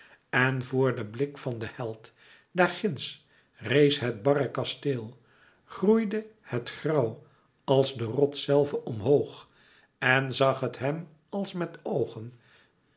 en voor den blik van den held daar ginds rees het barre kasteel groeide het grauw als de rots zelve omhoog en zag het hem als met oogen